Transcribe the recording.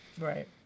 right